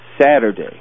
Saturday